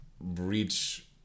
breach